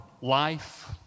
life